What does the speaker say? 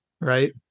right